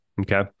okay